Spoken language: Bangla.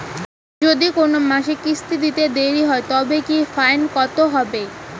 যদি কোন মাসে কিস্তি দিতে দেরি হয় তবে কি ফাইন কতহবে?